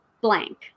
blank